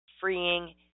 freeing